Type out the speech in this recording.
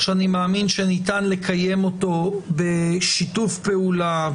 שאני מאמין שניתן לקיים אותו בשיתוף פעולה,